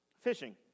fishing